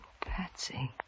Patsy